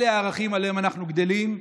אלה הערכים שעליהם אנחנו גדלים.